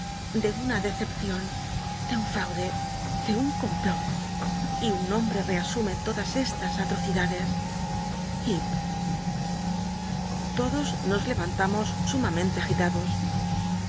de una dcccpcion de un flaude de un complot y un nombre sume todas estas at ocidades llcep todos nos levantamos sumamente